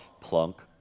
Plunk